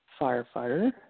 firefighter